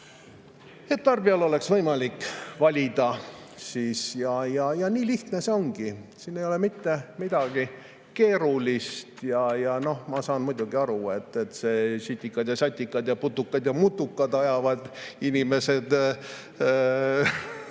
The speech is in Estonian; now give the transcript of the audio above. et tarbijal oleks võimalik valida. Nii lihtne see ongi, siin ei ole mitte midagi keerulist. Ma saan muidugi aru, et sitikad ja satikad ja putukad ja mutukad ajavad inimesed